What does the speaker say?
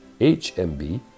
HMB